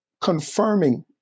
confirming